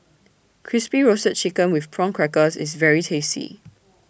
Crispy Roasted Chicken with Prawn Crackers IS very tasty